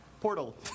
portal